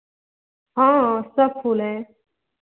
हाँ सब फूल है